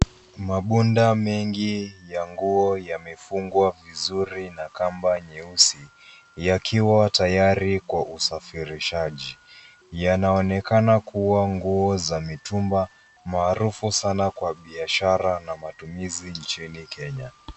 Mabunda mengi ya nguo yamefungwa vizuri na kamba nyeusi, yakiwa tayari kwa usafirishaji. Yanaonekana kuwa nguo za mitumba maarufu sana kwa biashara na matumizi inchini kenya.